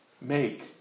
make